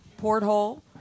porthole